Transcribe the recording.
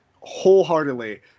wholeheartedly